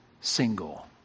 single